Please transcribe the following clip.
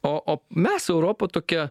o o mes europa tokia